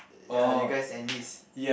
ya you guys enlist